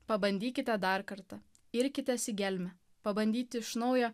pabandykite dar kartą irkitės į gelmę pabandyti iš naujo